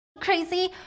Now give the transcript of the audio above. crazy